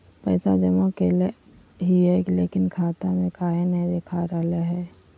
पैसा जमा कैले हिअई, लेकिन खाता में काहे नई देखा रहले हई?